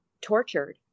tortured